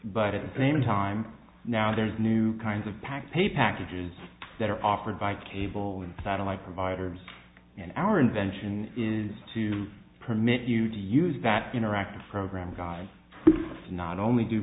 but at the same time now there's new kinds of pack pay packages that are offered by cable and satellite providers and our invention is to permit you to use that interactive program guide not only do